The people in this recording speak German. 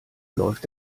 läuft